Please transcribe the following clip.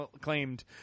claimed